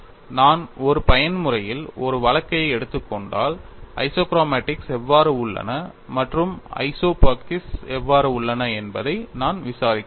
நான் ஒரு பயன்முறையில் ஒரு வழக்கை எடுத்துக் கொண்டால் ஐசோக்ரோமாடிக்ஸ் எவ்வாறு உள்ளன மற்றும் ஐசோபாக்கிக்ஸ் எவ்வாறு உள்ளன என்பதை நான் விசாரிக்க வேண்டும்